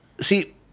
See